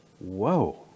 Whoa